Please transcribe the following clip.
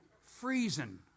Freezing